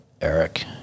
Eric